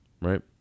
Right